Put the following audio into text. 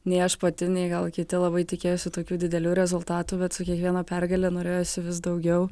nei aš pati nei gal kiti labai tikėjosi tokių didelių rezultatų bet su kiekviena pergalė norėjosi vis daugiau